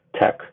tech